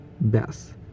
best